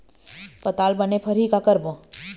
पताल बने फरही का करबो?